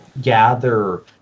gather